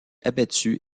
abattus